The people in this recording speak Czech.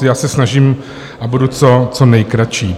Já se snažím a budu co nejkratší.